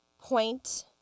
point